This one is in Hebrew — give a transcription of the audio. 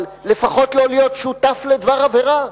אבל לפחות לא להיות שותף לדבר עבירה.